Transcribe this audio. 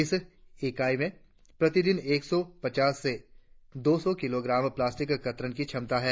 इस इकाई में प्रतिदिन एक सौ पचास से दो सौ किलोग्राम प्लास्टिक कतरन की क्षमता है